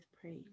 praise